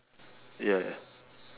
ya ya